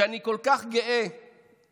שאני כל כך גאה בהם: